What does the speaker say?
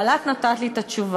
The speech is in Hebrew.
אבל את נתת לי את התשובה.